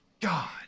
God